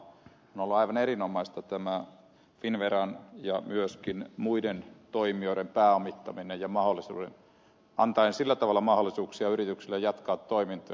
on ollut aivan erinomaista tämä finnveran ja myöskin muiden toimijoiden pääomittaminen antaen sillä tavalla mahdollisuuksia yrityksille jatkaa toimintoja